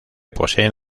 poseen